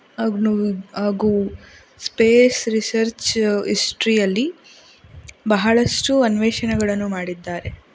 ಹಾಗೂ ಹಾಗೂ space research ಹಿಸ್ಟ್ರಿಯಲ್ಲಿ ಬಹಳಷ್ಟು ಅನ್ವೇಷಣೆಗಳನ್ನು ಮಾಡಿದ್ದಾರೆ